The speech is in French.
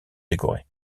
décorée